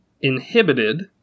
inhibited